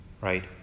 Right